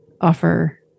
offer